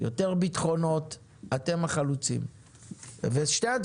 יותר ביטחונות, אתם החלוצים.